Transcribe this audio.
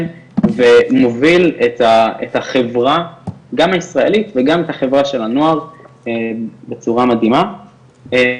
ומוביל את החברה גם הישראלית וגם את החברה של הנוער בצורה מדהימה,